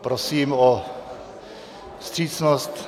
Prosím o vstřícnost.